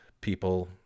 people